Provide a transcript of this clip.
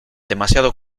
demasiado